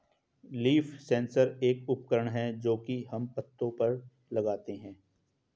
leaf sensor एक उपकरण है जो की हम पत्तो पर लगाते है